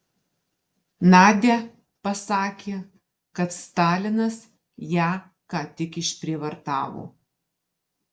nadia pasakė kad stalinas ją ką tik išprievartavo